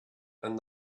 and